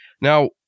Now